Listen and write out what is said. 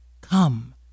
Come